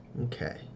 Okay